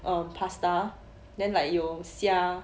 um pasta then like 有虾